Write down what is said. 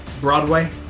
Broadway